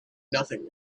nothing